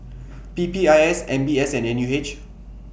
P P I S M B S and N U H